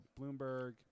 Bloomberg